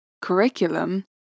curriculum